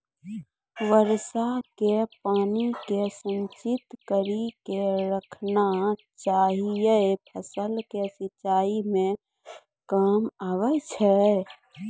वर्षा के पानी के संचित कड़ी के रखना चाहियौ फ़सल के सिंचाई मे काम आबै छै?